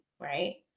right